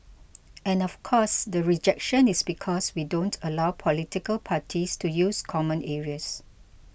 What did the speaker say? and of course the rejection is because we don't allow political parties to use common areas